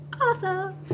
awesome